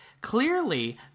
Clearly